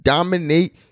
Dominate